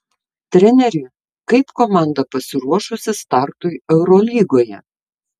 treneri kaip komanda pasiruošusi startui eurolygoje